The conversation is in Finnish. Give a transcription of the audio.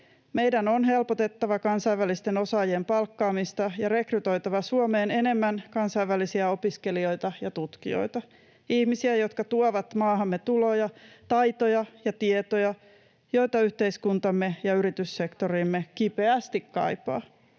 Meidän on helpotettava kansainvälisten osaajien palkkaamista ja rekrytoitava Suomeen enemmän kansainvälisiä opiskelijoita ja tutkijoita, ihmisiä, jotka tuovat maahamme tuloja, taitoja ja tietoja, joita yhteiskuntamme ja yrityssektorimme kipeästi kaipaavat.